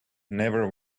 never